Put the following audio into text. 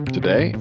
Today